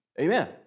Amen